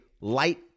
light